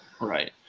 Right